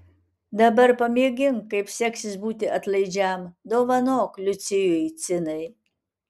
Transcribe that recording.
dabar pamėgink kaip seksis būti atlaidžiam dovanok liucijui cinai